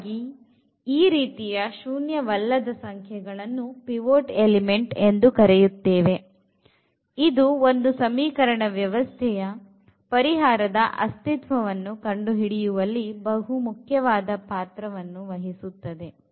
ಹಾಗಾಗಿ ಈ ರೀತಿಯ ಶೂನ್ಯವಲ್ಲದ ಸಂಖ್ಯೆಗಳನ್ನು ಪಿವೊಟ್ ಎಲಿಮೆಂಟ್ ಎಂದು ಕರೆಯುತ್ತೇವೆ ಇದು ಒಂದು ಸಮೀಕರಣ ವ್ಯವಸ್ಥೆಯ ಪರಿಹಾರದ ಅಸ್ತಿತ್ವವನ್ನು ಕಂಡುಹಿಡಿಯವಲ್ಲಿ ಬಹು ಮುಖ್ಯವಾದ ಪಾತ್ರವನ್ನು ವಹಿಸುತ್ತದೆ